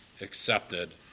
accepted